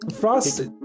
Frost